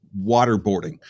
waterboarding